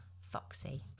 Foxy